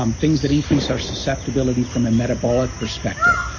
um things that increase our susceptibility from a metabolic perspective.